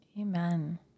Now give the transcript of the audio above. Amen